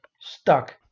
stuck